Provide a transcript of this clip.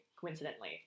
coincidentally